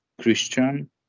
Christian